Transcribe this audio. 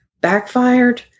backfired